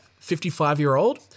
55-year-old